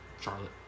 Charlotte